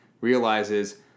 realizes